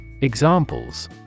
Examples